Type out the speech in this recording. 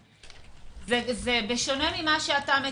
זה שונה ממה שאתה מציג.